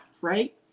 right